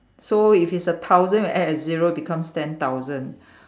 so if it's a thousand we add a zero becomes ten thousand